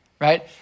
right